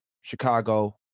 Chicago